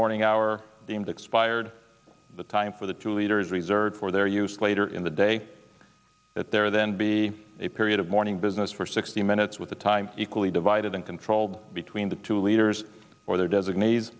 morning hour the end expired the time for the two leaders reserved for their use later in the day that there then be a period of morning business for sixty minutes with the time equally divided and controlled between the two leaders or their design